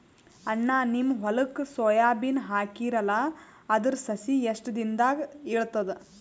ಅಣ್ಣಾ, ನಿಮ್ಮ ಹೊಲಕ್ಕ ಸೋಯ ಬೀನ ಹಾಕೀರಲಾ, ಅದರ ಸಸಿ ಎಷ್ಟ ದಿಂದಾಗ ಏಳತದ?